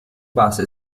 basa